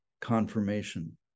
confirmation